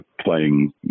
Playing